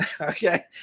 Okay